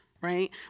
right